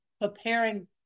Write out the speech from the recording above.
preparing